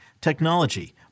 technology